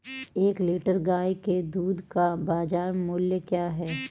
एक लीटर गाय के दूध का बाज़ार मूल्य क्या है?